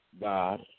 God